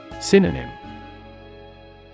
Synonym